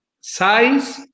size